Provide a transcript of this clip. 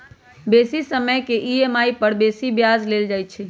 बेशी समय के ई.एम.आई पर बेशी ब्याज लेल जाइ छइ